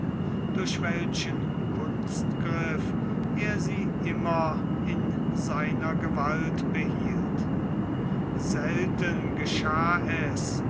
durch welchen kunstgriff er sie immer in seiner gewalt behielt selten geschah es